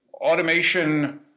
automation